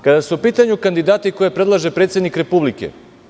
Kada su u pitanju kandidati koje predlaže predsednik Republike.